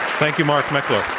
thank you, mark meckler.